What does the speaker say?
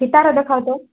ଫିତାର ଦେଖାଅ ତ